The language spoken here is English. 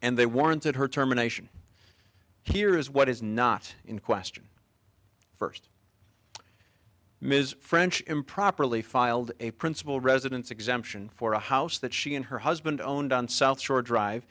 and they warranted her terminations here is what is not in question first ms french improperly filed a principal residence exemption for a house that she and her husband owned on south shore drive